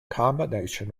combination